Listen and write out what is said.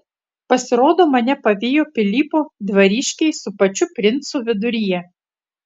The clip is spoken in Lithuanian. pasirodo mane pavijo pilypo dvariškiai su pačiu princu viduryje